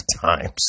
times